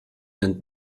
and